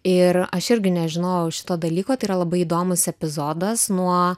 ir aš irgi nežinojau šito dalyko tai yra labai įdomus epizodas nuo